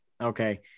Okay